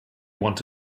want